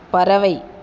பறவை